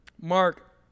Mark